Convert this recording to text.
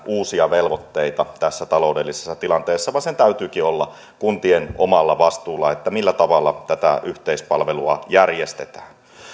uusia velvoitteita tässä taloudellisessa tilanteessa vaan sen täytyykin olla kuntien omalla vastuulla millä tavalla tätä yhteispalvelua järjestetään